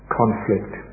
conflict